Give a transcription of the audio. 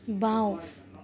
বাওঁ